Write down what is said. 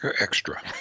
extra